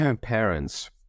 parents